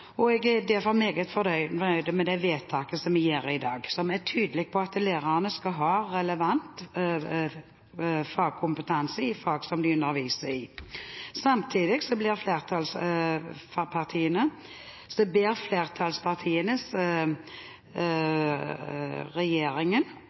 så jeg er derfor meget fornøyd med det vedtaket vi gjør i dag, som er tydelig på at lærerne skal ha relevant fagkompetanse i fag som de underviser i. Samtidig ber flertallspartiene regjeringen